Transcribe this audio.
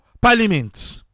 parliament